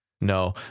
No